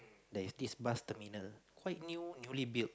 there's this bus terminal quite new newly built